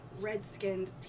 red-skinned